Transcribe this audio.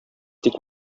тик